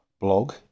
blog